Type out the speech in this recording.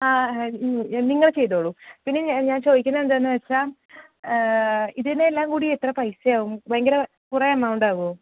ആ നിങ്ങൾ ചെയ്തോളൂ പിന്നെ ഞാൻ ചോദിക്കുന്നതെന്താണെന്നുവെച്ചാൽ ഇതിനെല്ലാം കൂടി എത്ര പൈസയാവും ഭയങ്കര കുറേ എമൗണ്ട് ആകുമോ